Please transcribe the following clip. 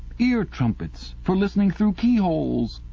ear trumpets for listening through keyholes!